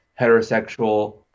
heterosexual